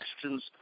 questions